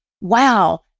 wow